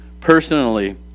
personally